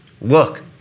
look